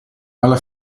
alla